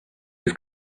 his